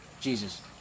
Jesus